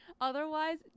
otherwise